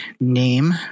name